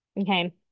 Okay